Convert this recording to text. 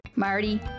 Marty